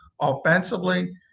offensively